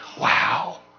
wow